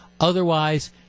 Otherwise